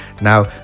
Now